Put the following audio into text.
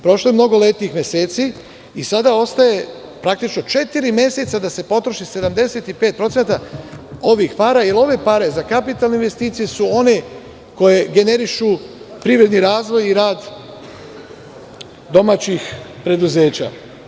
Prošlo je mnogo lepih meseci i sada ostaje praktično četiri meseca da se potroši 75% ovih para, jer ove pare za kapitalne investicije su one koje generišu privredni razvoj i rad domaćih preduzeća.